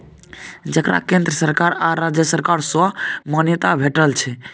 जकरा केंद्र सरकार आ राज्य सरकार सँ मान्यता भेटल छै